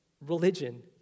religion